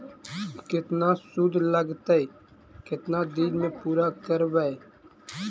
केतना शुद्ध लगतै केतना दिन में पुरा करबैय?